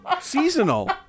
Seasonal